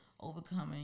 overcoming